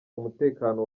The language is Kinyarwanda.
umutekano